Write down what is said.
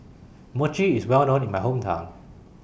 Mochi IS Well known in My Hometown